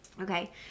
okay